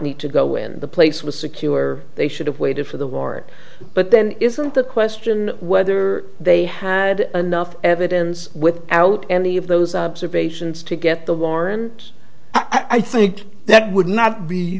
need to go in the place was secure they should have waited for the word but then isn't the question whether they had enough evidence with out any of those observations to get the warrant i think that would not be